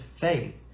faith